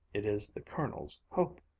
it is the colonel's hope,